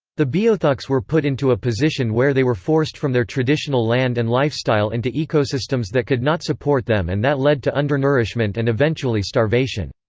the beothuks were put into a position where they were forced from their traditional land and lifestyle into ecosystems that could not support them and that led to undernourishment and eventually starvation.